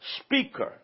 speaker